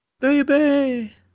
baby